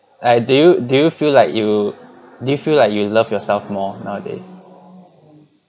like do you do you feel like you do you feel like you love yourself more nowadays